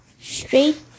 straight